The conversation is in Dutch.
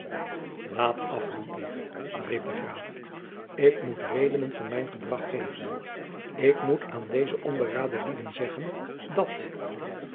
laat af ludwig riep de graaf ik moet redenen van mijn gedrag geven ik moet aan deze onberaden lieden zeggen dat